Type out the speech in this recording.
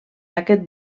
aquest